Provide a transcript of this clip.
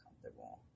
comfortable